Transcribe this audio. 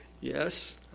Yes